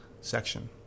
section